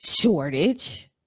shortage